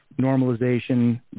normalization